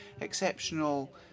exceptional